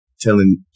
telling